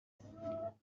shall